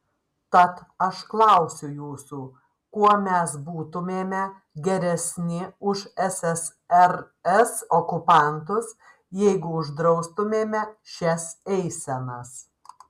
tad aš klausiu jūsų kuo mes būtumėme geresni už ssrs okupantus jeigu uždraustumėme šias eisenas